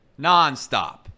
Nonstop